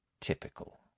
Typical